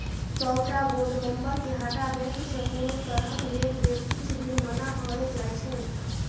सबटा बोर्ड मेंबरके हटा बैंकसँ कोनो तरहक लेब देब किछ दिन मना भए जाइ छै